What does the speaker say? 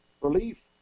relief